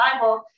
Bible